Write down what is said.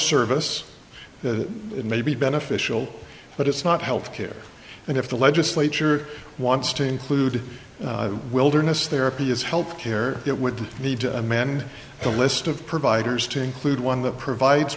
service that may be beneficial but it's not health care and if the legislature wants to include wilderness therapy as health care it would need to amend the list of providers to include one that provides